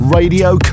Radio